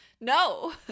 No